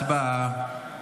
הצבעה.